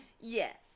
Yes